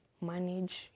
manage